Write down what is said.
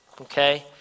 okay